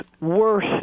worse